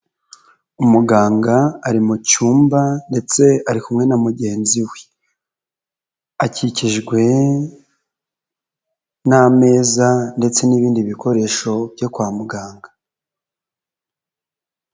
Umuganga ari mu cyumba ndetse ari kumwe na mugenzi we, akikijwe n'ameza ndetse n'ibindi bikoresho byo kwa muganga.